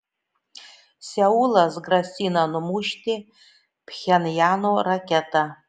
seulas grasina numušti pchenjano raketą